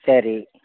சரி